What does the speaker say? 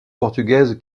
portugaise